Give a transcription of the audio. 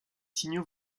signaux